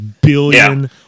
billion